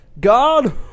God